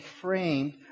frame